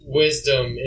wisdom